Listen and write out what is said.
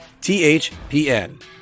THPN